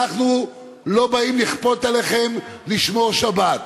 אנחנו לא באים לכפות עליכם לשמור שבת,